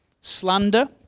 slander